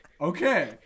Okay